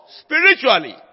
spiritually